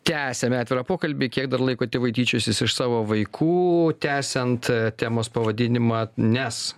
tęsiame atvirą pokalbį kiek dar laiko tėvai tyčiosis iš savo vaikų tęsiant temos pavadinimą nes